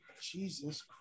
Jesus